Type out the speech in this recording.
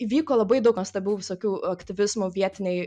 įvyko labai daug nuostabių visokių aktyvizmų vietiniai